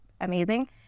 amazing